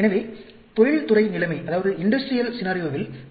எனவே தொழில்துறை நிலைமையில்